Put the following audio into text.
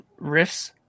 riffs